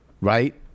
Right